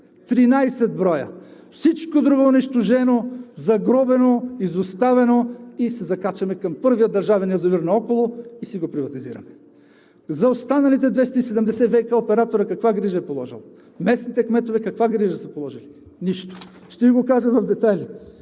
броя. Всичко друго е унищожено, загробено, изоставено и се закачаме към първия държавен язовир наоколо, и си го приватизираме. За останалите 270 каква грижа е положил ВиК операторът? Местните кметове каква грижа са положили? Нищо. Ще Ви го кажа в детайли